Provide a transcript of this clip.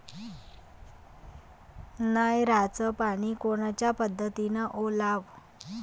नयराचं पानी कोनच्या पद्धतीनं ओलाव?